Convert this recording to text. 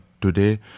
today